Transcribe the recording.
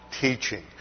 teaching